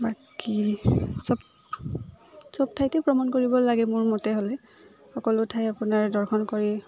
বাকী চব চব ঠাইতে ভ্ৰমণ কৰিব লাগে মোৰ মতে হ'লে সকলো ঠাই আপোনাৰ দৰ্শন কৰি